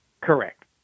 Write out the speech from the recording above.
Correct